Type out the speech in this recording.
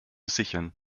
sichern